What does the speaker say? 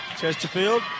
Chesterfield